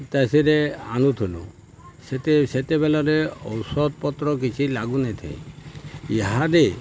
ଚାଷୀରେ ଆଣୁଥୁନୁ ସେତେ ସେତେବେଲରେ ଔଷଧ ପତ୍ର କିଛି ଲାଗୁନାଇଥାଇ ଇହାଦେ